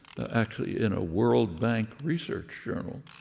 actually in a world bank research journal,